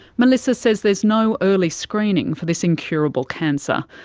melissa says there's no early screening for this incurable cancer.